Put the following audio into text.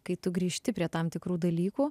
kai tu grįžti prie tam tikrų dalykų